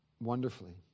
wonderfully